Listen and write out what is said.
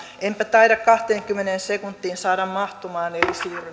enpä taida kahteenkymmeneen sekuntiin saada mahtumaan joten siirryn